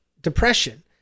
depression